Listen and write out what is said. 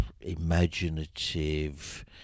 imaginative